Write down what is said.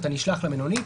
אתה נשלח למלונית.